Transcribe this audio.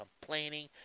complaining